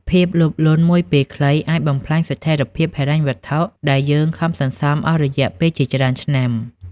ភាពលោភលន់មួយពេលខ្លី អាចបំផ្លាញស្ថិរភាពហិរញ្ញវត្ថុដែលយើងខំសន្សំអស់រយៈពេលជាច្រើនឆ្នាំ។